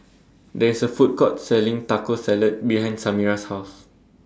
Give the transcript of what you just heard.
There IS A Food Court Selling Taco Salad behind Samira's House